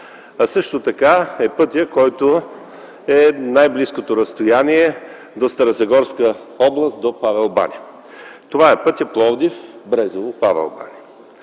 а също така е пътят – най-близкото разстояние до Старозагорска област, до Павел баня. Това е пътят Пловдив-Брезово-Павел баня.